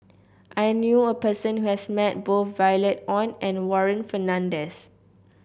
I knew a person who has met both Violet Oon and Warren Fernandez